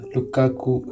Lukaku